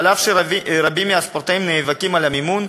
אף שרבים מהספורטאים נאבקים על המימון,